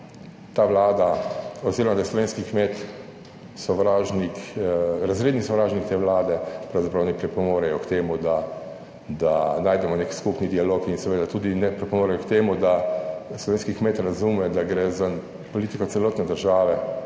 ta Vlada oziroma da je slovenski kmet sovražnik, razredni sovražnik te Vlade, pravzaprav ne pripomorejo k temu, da da najdemo nek skupni dialog in seveda tudi ne pripomorejo k temu, da slovenski kmet razume, da gre za politiko celotne države,